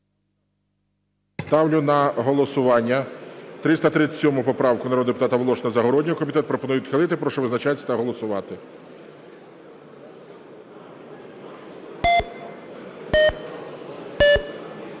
Ставлю на голосування 337 поправку народних депутатів Волошина, Загороднього. Комітет пропонує відхилити. Прошу визначатись та голосувати. 13:00:53